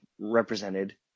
represented